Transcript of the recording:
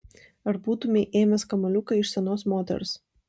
ar būtumei ėmęs kamuoliuką iš senos moters